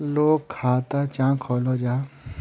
लोग खाता चाँ खोलो जाहा?